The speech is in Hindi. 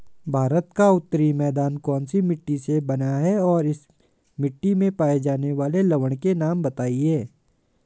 भारत का उत्तरी मैदान कौनसी मिट्टी से बना है और इस मिट्टी में पाए जाने वाले लवण के नाम बताइए?